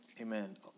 Amen